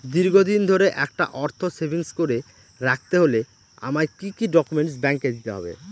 দীর্ঘদিন ধরে একটা অর্থ সেভিংস করে রাখতে হলে আমায় কি কি ডক্যুমেন্ট ব্যাংকে দিতে হবে?